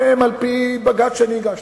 על-פי בג"ץ שאני הגשתי,